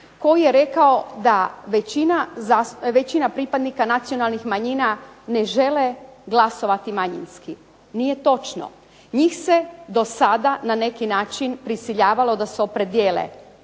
koji je rekao da većina pripadnika nacionalnih manjina ne žele glasovati manjinski. Nije točno, njih se do sada na neki način prisiljavalo da se opredijele